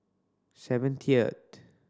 seventieth